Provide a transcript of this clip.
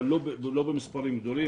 אבל לא במספרים גדולים,